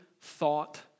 thought